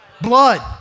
Blood